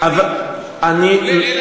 כולל אלה,